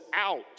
out